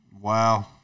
Wow